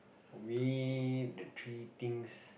we the three things